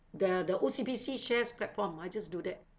the the O_C_B_C shares platform I just do that